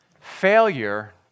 Failure